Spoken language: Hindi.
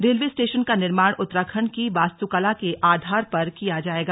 रेलवे स्टेशन का निर्माण उत्तराखण्ड की वास्तुकला के आधार पर किया जाएगा